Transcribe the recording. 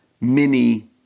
mini